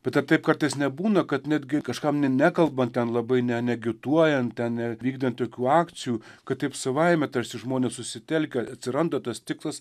bet ar taip kartais nebūna kad netgi kažkam ne nekalbant ten labai ne neagituojant nevykdant jokių akcijų kad taip savaime tarsi žmonės susitelkę atsiranda tas tikslas